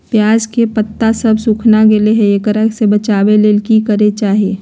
प्याज के पत्ता सब सुखना गेलै हैं, एकरा से बचाबे ले की करेके चाही?